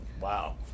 Wow